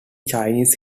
chinese